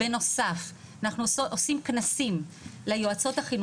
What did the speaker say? בנוסף, אנחנו עושים כנסים ליועצות החינוכיות.